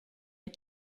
had